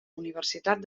universitat